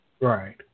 Right